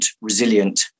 resilient